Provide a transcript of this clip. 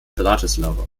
bratislava